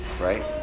right